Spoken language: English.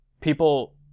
People